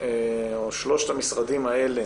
שלושת המשרדים האלה